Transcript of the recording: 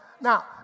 Now